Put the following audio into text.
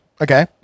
Okay